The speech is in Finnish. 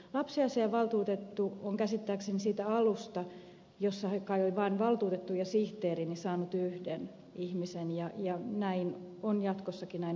lapsiasiavaltuutettu on käsittääkseni siitä alusta jossa hän kai oli vain valtuutettu ja sihteeri saanut yhden ihmisen ja näin on jatkossakin näin olen ymmärtänyt